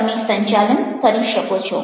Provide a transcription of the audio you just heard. તમે સંચાલન કરી શકો છો